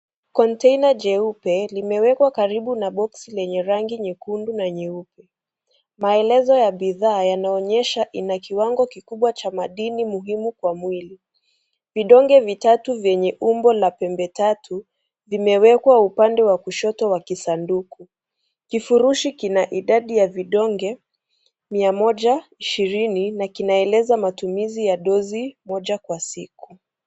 Kontaina jeupe, limewekwa karibu na box , lenye rangi nyekundu na nyeupe. Maelezo ya bidhaa yanaonyesha, ina kiwango kikubwa cha madini muhimu kwa mwili. Vidonge vitata, vyenye umbo la pembe tatu, vimewekwa kwenye upande wa kushoto wa kisanduku. Kifurushi kina idadi ya vidonge 120,na kinaeleza matumizi ya dosi, moja kwa siku.